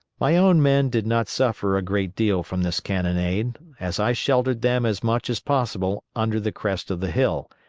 my own men did not suffer a great deal from this cannonade, as i sheltered them as much as possible under the crest of the hill,